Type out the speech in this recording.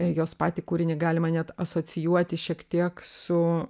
jos patį kūrinį galima net asocijuoti šiek tiek su